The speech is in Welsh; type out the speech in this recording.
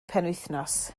penwythnos